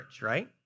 right